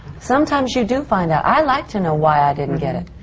sometimes you do find out. i like to know why i didn't get it.